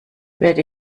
werde